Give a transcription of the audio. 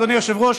אדוני היושב-ראש,